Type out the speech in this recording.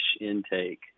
intake